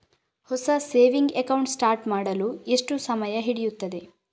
ಹೊಸ saving account start ಮಾಡಲು ಎಷ್ಟು ಸಮಯ ಹಿಡಿಯುತ್ತದೆ?